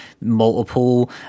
multiple